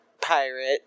Pirate